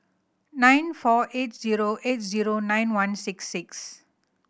nine four eight zero eight zero nine one six six